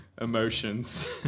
emotions